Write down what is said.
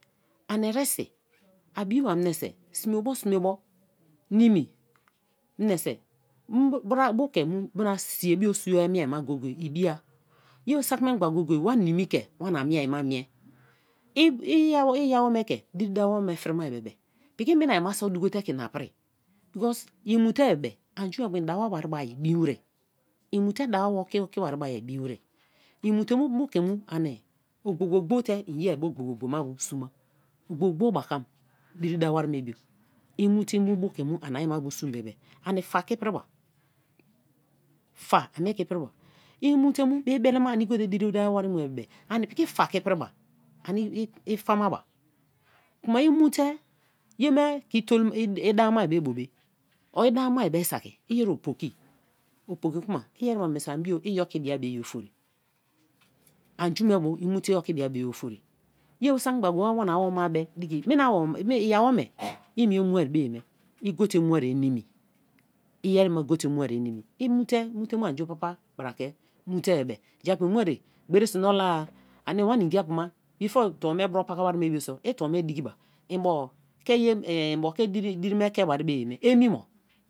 Ani ere bi a bi ba menise sme bo sme bo nimi menise mu bu ke siia bo sua mie me go-go-e ibia, ye saki memgba go-go-e wa nimi ke wana miea ma mie, i-awome ke diri dawo wari me frima-e bebe piki miea ma bo duka en na pri because i mu te-e be an ju me bio en dawo bui ai bai wer, en mu te te dawo te oki bai bei bin wer, en mute mu bu ke mu ani ogbo, gbo, gbo te en ye-a bo ogbo, gbo, gbo me bu su ma, o gbo, gbo, gbo pakam diri dawo wari me bi, i mu te mu bu ke an ai ma bu su bebe ani fa ke-i priba, fa ani mie ke-i priba, i mu te mu bi be- lema ani go te diri dawo wari mu e bebe ani piki fa ke iprèba, ani i fa ma ba; kuma i mu te ye me ke i da ama be bo me, o da-a ma bei saki iyeri o'poki, o piki kuma i-ereba men so ani bio i oki bia bu ye- ofori, an ju me bo i mu te i oki bia me gberie ofori; ye sak-mgba go-go-e wa wana woma bei diki i-awome i mie mua bei me i go te muari ye nimi, i yesi ma go te muaririe nimi, i mu te mu'te mu a'naganga papa bra ke mu te i be; ja-pu i mua ere gbe